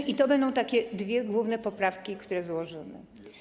I to będą takie dwie główne poprawki, które złożymy.